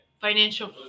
financial